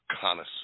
connoisseur